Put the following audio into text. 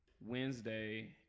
Wednesday